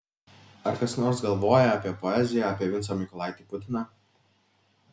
ar kas nors galvoja apie poeziją apie vincą mykolaitį putiną